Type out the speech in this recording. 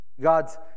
God's